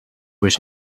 was